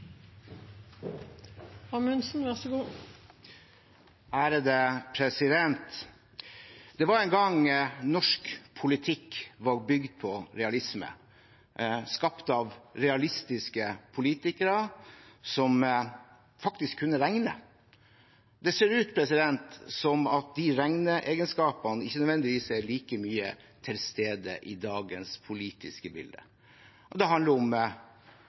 Det var en gang norsk politikk var bygd på realisme, skapt av realistiske politikere som faktisk kunne regne. Det ser ut som at de regneegenskapene ikke nødvendigvis er like mye til stede i dagens politiske bilde. Det handler om